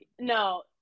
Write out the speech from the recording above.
no